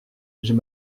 j’ai